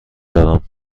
دارم